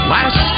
Last